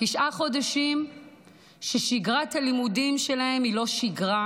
תשעה חודשים ששגרת הלימודים שלהם היא לא שגרה,